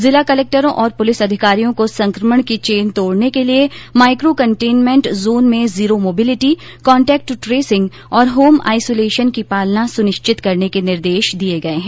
जिला कलेक्टरों और पुलिस अधिकारियों को संक्रमण की चेन तोड़ने के लिए माइक्रो कंटेनमेंट जोन में जीरो मोबिलिटी कॉन्टेक्ट ट्रेसिंग और होम आइसोलेशन की पालना सुनिश्चित करने के निर्देश दिए गए हैं